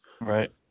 Right